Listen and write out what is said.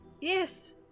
yes